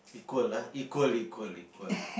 equal ah equal equal equal